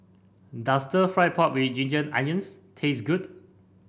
does stir fry pork with Ginger Onions taste good